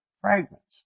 fragments